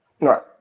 Right